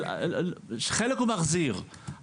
חלק הוא מחזיר,